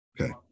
Okay